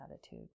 attitude